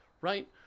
right